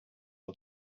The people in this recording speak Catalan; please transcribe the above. del